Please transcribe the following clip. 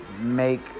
make